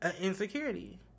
insecurity